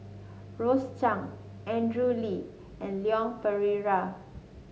Rose Chan Andrew Lee and Leon Perera